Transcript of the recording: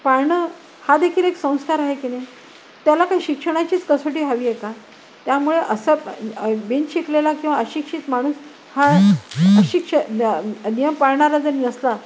पाळणं हा देेखील एक संस्कार आहे की नाही त्याला काही शिक्षणाचीच कसोटी हवी आहे का त्यामुळे असं अ अ बिन शिकलेला किंवा अशिक्षित माणूस हा अशिक्ष निय पाळणारा जरी नसला